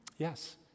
Yes